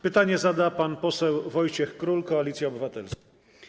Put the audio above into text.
Pytanie zada pan poseł Wojciech Król, Koalicja Obywatelska.